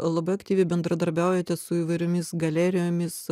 labai aktyviai bendradarbiaujate su įvairiomis galerijomis